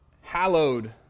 hallowed